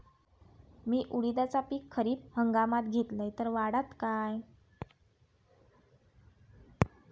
मी उडीदाचा पीक खरीप हंगामात घेतलय तर वाढात काय?